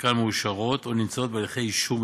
וחלקן מאושרות או נמצאות בהליכי אישור מתקדמים.